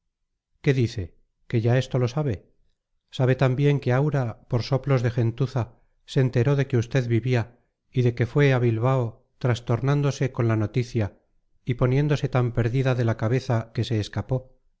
qué dice que ya esto lo sabe sabe también que aura por soplos de gentuza se enteró de que usted vivía y de que fue a bilbao trastornándose con la noticia y poniéndose tan perdida de la cabeza que se escapó